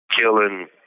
killing